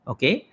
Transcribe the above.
Okay